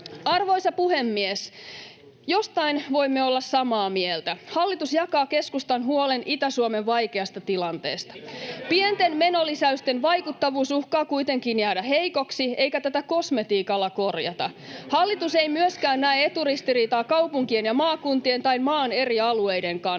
Arvoisa puhemies! Jostain voimme olla samaa mieltä: Hallitus jakaa keskustan huolen Itä-Suomen vaikeasta tilanteesta. Pienten menolisäysten vaikuttavuus uhkaa kuitenkin jäädä heikoksi, eikä tätä kosmetiikalla korjata. Hallitus ei myöskään näe eturistiriitaa kaupunkien ja maakuntien tai maan eri alueiden kanssa.